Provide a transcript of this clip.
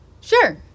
Sure